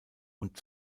und